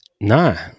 No